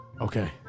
Okay